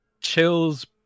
chills